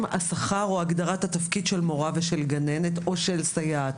השכר או בהגדרת התפקיד של מורה וגננת או של סייעת.